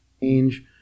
change